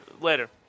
Later